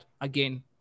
again